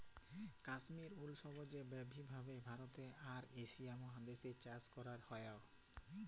কাশ্মির উল সবচে ব্যাসি ভাবে ভারতে আর এশিয়া মহাদেশ এ চাষ করাক হয়ক